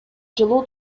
жылуу